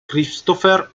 christopher